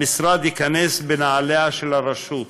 המשרד ייכנס בנעליה של הרשות.